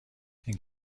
این